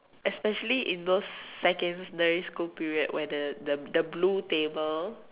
especially in those secondary school period where the the the blue table